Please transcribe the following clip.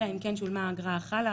אלא אם כן שולמה האגרה החלה,